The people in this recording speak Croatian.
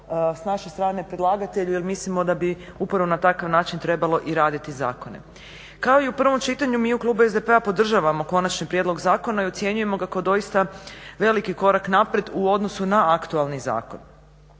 s naše strane predlagatelju jer mislimo da bi upravo na takav način trebalo i raditi zakone. Kao i u prvom čitanju mi u Klubu SDP-a podržavamo Konačni prijedlog zakona i ocjenjujemo ga kao doista veliki korak naprijed u odnosu na aktualni zakon.